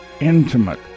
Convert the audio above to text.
intimate